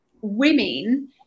women